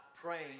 praying